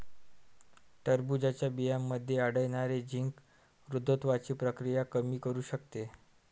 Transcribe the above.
टरबूजच्या बियांमध्ये आढळणारे झिंक वृद्धत्वाची प्रक्रिया कमी करू शकते